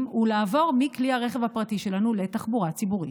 הוא לעבור מכלי הרכב הפרטי שלנו לתחבורה ציבורית.